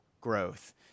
growth